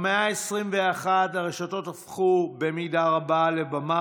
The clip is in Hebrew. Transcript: במאה ה-21 הרשתות הפכו במידה רבה לבמה